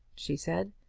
she said,